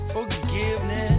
Forgiveness